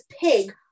pig